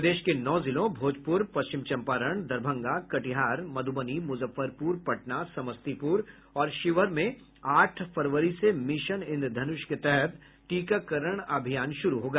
प्रदेश के नौ जिलों भोजपुर पश्चिम चंपारण दरभंगा कटिहार मध्रबनी मुजफ्फरपुर पटना समस्तीपुर और शिवहर में आठ फरवरी से मिशन इन्द्रधनुष के तहत टीकाकरण अभियान शुरू होगा